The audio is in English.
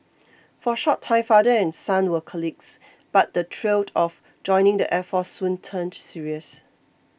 for a short time father and son were colleagues but the thrill of joining the air force soon turned serious